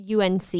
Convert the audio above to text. UNC